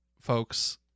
folks